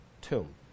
tomb